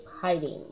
hiding